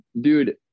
Dude